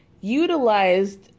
utilized